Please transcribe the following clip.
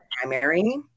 primary